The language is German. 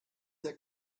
der